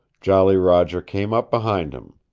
jolly roger came up behind him.